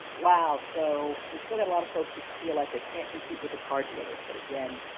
wow, so we still got a lot of folks who feel like they can't compete with the car dealers, but, again,